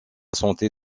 santé